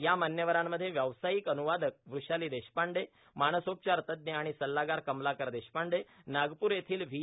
या मान्यवरांमध्ये व्यावसायिक अनुवादक वृषाली देशपांडे मानसोपचार तज्ञ आणि सल्लागार कमलाकर देशपांडे नागपूरस्थित व्ही